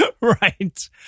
Right